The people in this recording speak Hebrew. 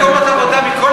מקומות עבודה מכל החברות,